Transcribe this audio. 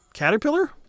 Caterpillar